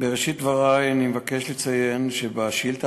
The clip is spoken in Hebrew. בראשית דברי אני מבקש לציין שמענה על שאילתה